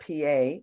PA